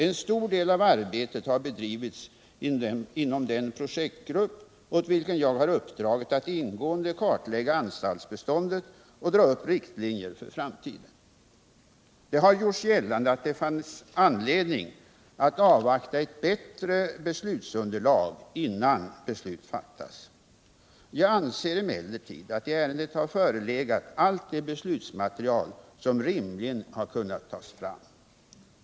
En stor del av arbetet har bedrivits inom den projektgrupp åt vilken jag har uppdragit att ingående kartlägga anstaltsbeståndet och dra upp riktlinjer för framtiden. Det har gjorts gällande att det funnits anledning att avvakta ett bättre beslutsunderlag innan beslut fattats. Jag anser emellertid att i ärendet har förelegat allt det beslutsmaterial som rimligen har kunnat tas fram.